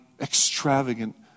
extravagant